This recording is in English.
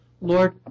Lord